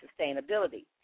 sustainability